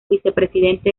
vicepresidente